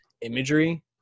imagery